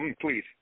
Please